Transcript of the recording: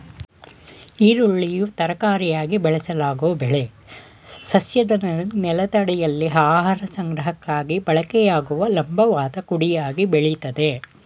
ಈರುಳ್ಳಿಯು ತರಕಾರಿಯಾಗಿ ಬಳಸಲಾಗೊ ಬೆಳೆ ಸಸ್ಯದ ನೆಲದಡಿಯಲ್ಲಿ ಆಹಾರ ಸಂಗ್ರಹಕ್ಕಾಗಿ ಬಳಕೆಯಾಗುವ ಲಂಬವಾದ ಕುಡಿಯಾಗಿ ಬೆಳಿತದೆ